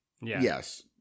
Yes